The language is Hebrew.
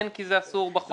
אין כי זה אסור בחוק.